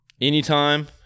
anytime